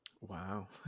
wow